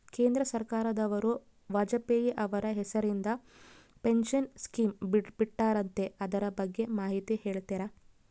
ಕೇಂದ್ರ ಸರ್ಕಾರದವರು ವಾಜಪೇಯಿ ಅವರ ಹೆಸರಿಂದ ಪೆನ್ಶನ್ ಸ್ಕೇಮ್ ಬಿಟ್ಟಾರಂತೆ ಅದರ ಬಗ್ಗೆ ಮಾಹಿತಿ ಹೇಳ್ತೇರಾ?